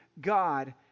God